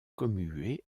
commuée